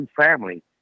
family